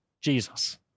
Jesus